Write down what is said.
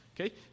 Okay